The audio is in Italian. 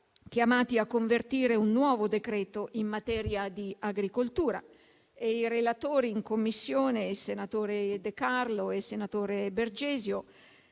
chiamati a convertire un nuovo decreto in materia di agricoltura e i relatori in Commissione, i senatori De Carlo e Bergesio,